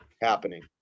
happening